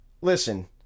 listen